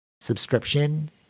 subscription